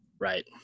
Right